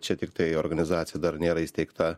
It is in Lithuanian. čia tiktai organizacija dar nėra įsteigta